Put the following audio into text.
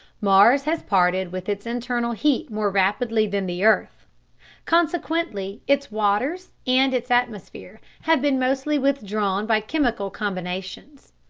mars has parted with its internal heat more rapidly than the earth consequently its waters and its atmosphere have been mostly withdrawn by chemical combinations,